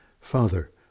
Father